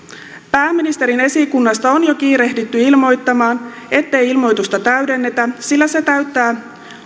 pääministerin esikunnasta on jo kiirehditty ilmoittamaan ettei ilmoitusta täydennetä sillä se täyttää